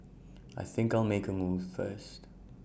I think I'll make A move first